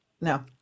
No